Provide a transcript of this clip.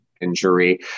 injury